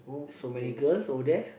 so many girls over there